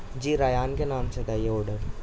جی Ryan کے نام سے تھا یہ آڈر